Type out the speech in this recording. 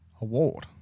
award